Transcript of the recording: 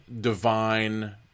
divine